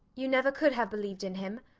you never could have believed in him.